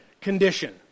condition